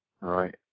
Right